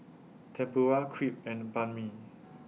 Tempura Crepe and Banh MI